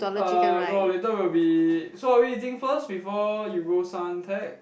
uh no later we'll be so are we eating first before you go Suntec